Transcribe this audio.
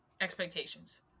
expectations